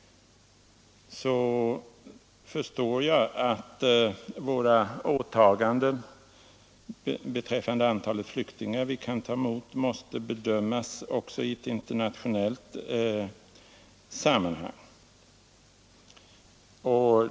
Jag förstår att våra åtaganden beträffande det antal flyktingar vi kan ta emot måste bedömas också i internationellt sammanhang.